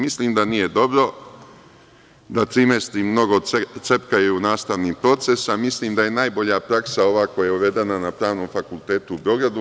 Mislim da nije dobro, da trimestri mnogo cepkaju nastavni proces, a mislim da je najbolja praksa ova koja je uvedena na Pravnom fakultetu u Beogradu.